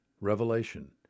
Revelation